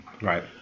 Right